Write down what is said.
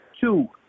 Two